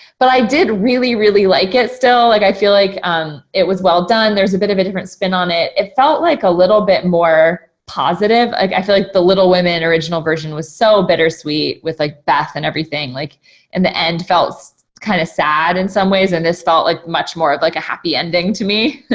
but i did really, really like it still. like, i feel like um it was well done. there's a bit of a different spin on it. it felt like a little bit more positive. like i feel like the little women original version was so bittersweet with like beth and everything, like in and the end felt kind of sad in some ways and this felt like much more of like a happy ending to me.